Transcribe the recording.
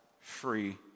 free